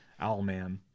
Owlman